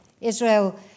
Israel